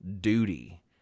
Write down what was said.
duty